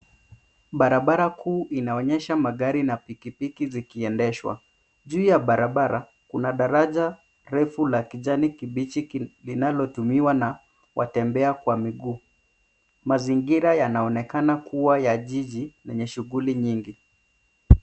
Barabara kuu inaonyesha magari na pikipiki zikiendeshwa. Juu ya barabara, kuna daraja refu la kijani kibichi linalotumiwa na watembea kwa miguu. Mazingira yanaonekana kuwa ya jiji yenye shughuli nyingi.